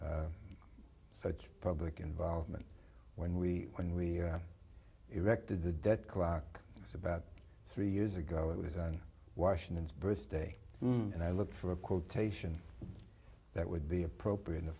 for such public involvement when we when we erected the debt clock it was about three years ago it was on washington's birthday and i looked for a quotation that would be appropriate